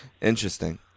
Interesting